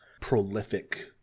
prolific